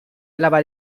alaba